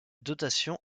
dotation